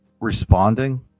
responding